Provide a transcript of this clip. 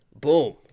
Boom